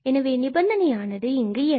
எனவே நிபந்தனை ஆனது இங்கு என்ன